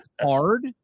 hard